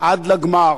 עד לגמר.